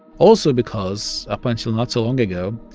also, because up until not so long ago,